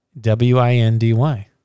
w-i-n-d-y